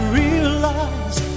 realize